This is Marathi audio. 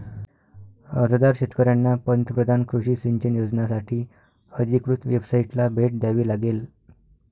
अर्जदार शेतकऱ्यांना पंतप्रधान कृषी सिंचन योजनासाठी अधिकृत वेबसाइटला भेट द्यावी लागेल